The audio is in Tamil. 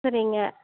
சரிங்க